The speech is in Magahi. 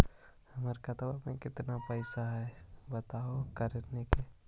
हमर खतवा में पैसा कितना हकाई बताहो करने?